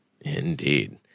Indeed